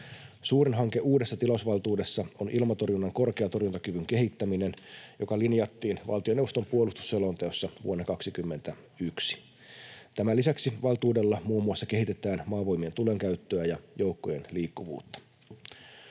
Suurin hanke uudessa tilausvaltuudessa on ilmatorjunnan korkeatorjuntakyvyn kehittäminen, joka linjattiin valtioneuvoston puolustusselonteossa vuonna 21. Tämän lisäksi valtuudella muun muassa kehitetään Maavoimien tulenkäyttöä ja joukkojen liikkuvuutta.